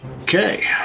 Okay